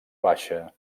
baixa